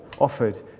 offered